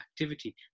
activity